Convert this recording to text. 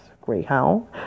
Greyhound